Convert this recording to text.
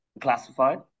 classified